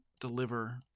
deliver